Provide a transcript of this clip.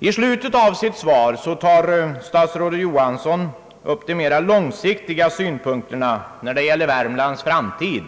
Statsrådet Johansson tar i slutet av sitt svar också upp de mera långsiktiga synpunkterna när det gäller Värmlands framtid.